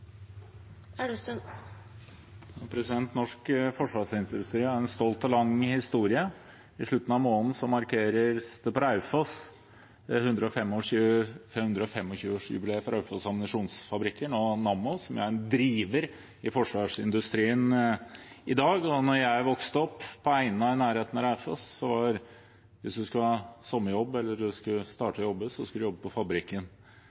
Norsk forsvarsindustri har en stolt og lang historie. I slutten av måneden markeres det på Raufoss 125 års-jubileet for Raufoss Ammunisjonsfabrikker, nå Nammo, som er en driver i forsvarsindustrien i dag. Da jeg vokste opp på Eina, i nærheten av Raufoss, var det sånn at hvis du skulle ha sommerjobb eller starte å jobbe, skulle du jobbe på fabrikken,